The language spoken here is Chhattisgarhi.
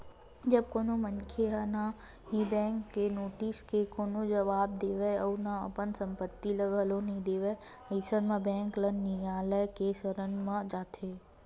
जब कोनो मनखे ह ना ही बेंक के नोटिस के कोनो जवाब देवय अउ अपन संपत्ति ल घलो नइ देवय अइसन म बेंक ल नियालय के सरन म जाथे